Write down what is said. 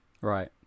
right